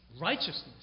righteousness